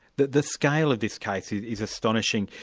the the scale of this case is is astonishing.